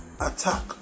attack